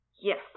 yes